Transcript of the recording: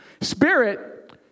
Spirit